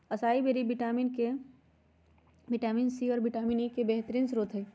असाई बैरी vitamin A, vitamin C, और vitamin E के बेहतरीन स्त्रोत हई